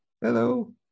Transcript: hello